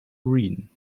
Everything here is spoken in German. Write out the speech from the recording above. green